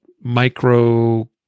micro